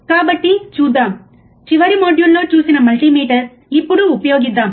కాబట్టి చూద్దాం చివరి మాడ్యూల్లో చూసిన మల్టీమీటర్ ఇప్పుడు ఉపయోగిద్దాం